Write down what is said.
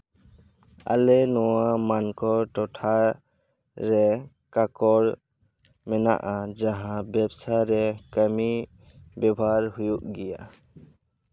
ᱟᱞᱮ ᱱᱚᱣᱟ ᱢᱟᱱᱠᱚᱨ ᱴᱚᱴᱷᱟ ᱨᱮ ᱠᱟᱠᱚᱞ ᱢᱮᱱᱟᱜᱼᱟ ᱡᱟᱦᱟᱸ ᱵᱮᱵᱥᱟ ᱨᱮ ᱠᱟᱹᱢᱤ ᱵᱮᱣᱷᱟᱨ ᱦᱩᱭᱩᱜ ᱜᱮᱭᱟ